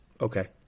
Okay